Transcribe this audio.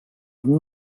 den